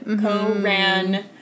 co-ran